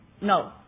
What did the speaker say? no